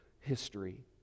history